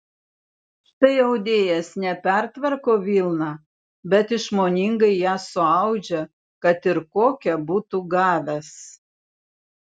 štai audėjas ne pertvarko vilną bet išmoningai ją suaudžia kad ir kokią būtų gavęs